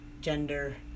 gender